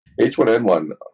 H1N1